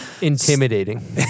intimidating